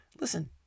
listen